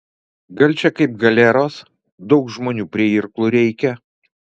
gal čia kaip galeros daug žmonių prie irklų reikia